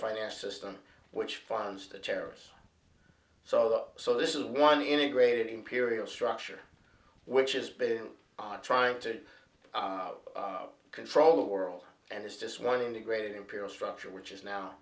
finance system which funds the terrorists so the so this is one integrated imperial structure which has been caught trying to control the world and is just one integrated imperial structure which is now